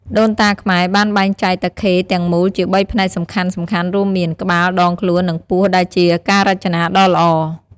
ដូនតាខ្មែរបានបែងចែកតាខេទាំងមូលជាបីផ្នែកសំខាន់ៗរួមមាន ក្បាល ដងខ្លួន និងពោះដែលជាការរចនាដ៏ល្អ។